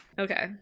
okay